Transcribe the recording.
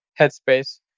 Headspace